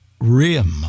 RIM